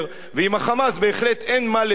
ועם ה"חמאס" בהחלט אין מה לדבר,